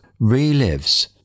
relives